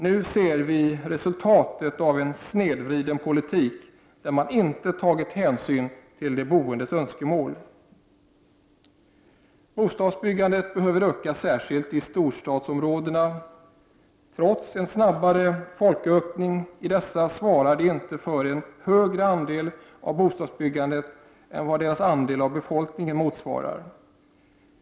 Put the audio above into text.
Nu ser vi resultatet av en snedvriden politik där man inte har tagit hänsyn till de boendes önskemål. Bostadsbyggandet behöver öka särskilt i storstadsområdena. Trots en snabbare folkökning i dessa svarar de inte för en högre andel av bostadsbyggandet än vad deras andel av befolkningen motsvarar.